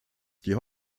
die